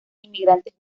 inmigrantes